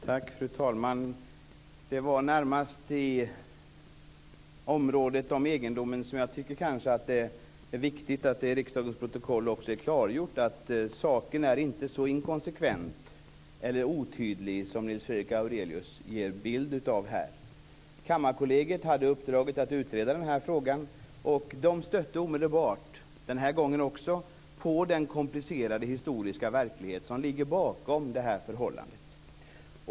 Fru talman! Det gällde närmast egendomsområdet, där jag tycker att det är viktigt att det klargörs i riksdagens protokoll att saken inte är så inkonsekvent eller otydlig som Nils Fredrik Aurelius här ger sken av. Kammarkollegiet hade uppdraget att utreda den här frågan, och man stötte omedelbart - den här gången också - på den komplicerade historiska verklighet som ligger bakom det här förhållandet.